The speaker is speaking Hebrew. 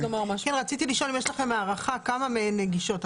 יש לכם הערכה כמה מהן נגישות?